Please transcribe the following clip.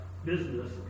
Business